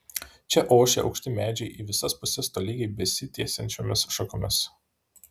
čia ošė aukšti medžiai į visas puses tolygiai besitiesiančiomis šakomis